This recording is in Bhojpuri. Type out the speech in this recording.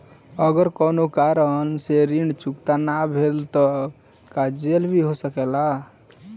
अगर कौनो कारण से ऋण चुकता न भेल तो का जेल भी हो सकेला?